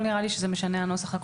לא נראה שזה משנה, הנוסח הקונקרטי.